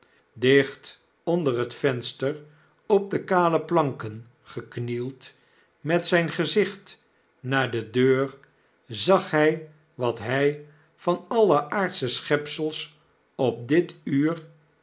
onder het venster op de kale planken geknield met zgn gezicht naar de deur zag hjj wat hi van alle aardsche schepsels op dit uur